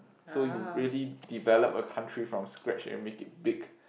so you really develop a country from scratch and make it big